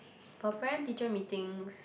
for parent teacher Meetings